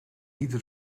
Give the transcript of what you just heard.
ieder